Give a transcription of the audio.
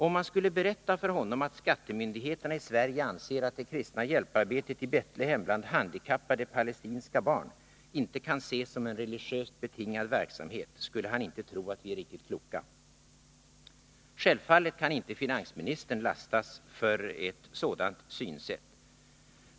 Om man skulle berätta för Elias Freij att skattemyndigheterna i Sverige anser att det kristna hjälparbetet i Betlehem bland handikappade palestinska barn inte kan ses som en religiöst betingad verksamhet, skulle han inte tro att vi är riktigt kloka. Självfallet kan inte finansministern lastas för ett sådant synsätt.